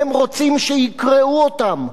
והם רוצים שיקראו אותם,